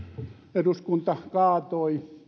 eduskunta kaatoivat